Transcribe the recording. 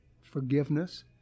forgiveness